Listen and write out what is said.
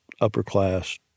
upper-class